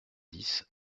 dix